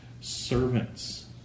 servants